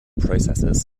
processes